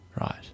Right